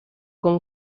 con